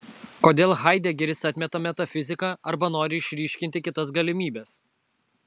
kodėl haidegeris atmeta metafiziką arba nori išryškinti kitas galimybes